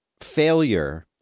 failure –